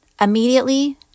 immediately